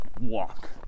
walk